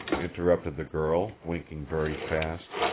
interrupted the girl, winking very fast.